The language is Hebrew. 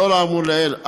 לאור האמור לעיל,